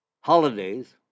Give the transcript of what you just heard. holidays